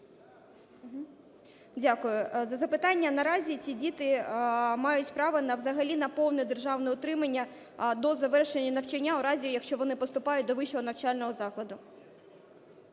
Дякую за запитання. Наразі ці діти мають право на взагалі на повне державне утримання до завершення навчання у разі, якщо вони поступають до вищого навчального закладу.